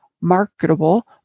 marketable